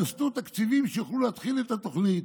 יוסטו תקציבים כדי שיוכלו להתחיל את התוכנית